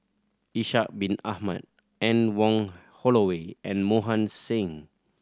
Ishak Bin Ahmad Anne Wong Holloway and Mohan Singh